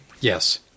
yes